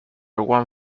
one